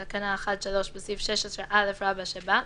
(1) בתקנה 1(3), בסעיף 16א שבה,